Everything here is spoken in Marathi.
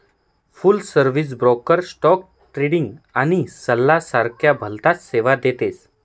फुल सर्विस ब्रोकर स्टोक ट्रेडिंग आणि सल्ला सारख्या भलताच सेवा देतस